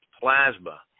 plasma